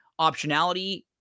optionality